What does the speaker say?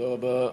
תודה רבה.